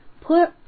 put